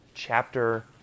Chapter